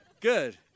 Good